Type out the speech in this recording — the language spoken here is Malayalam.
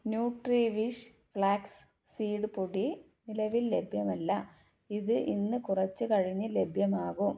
ന്യൂട്രിവിഷ് ഫ്ളാക്സ് സീഡ് പൊടി നിലവിൽ ലഭ്യമല്ല ഇത് ഇന്ന് കുറച്ചു കഴിഞ്ഞു ലഭ്യമാകും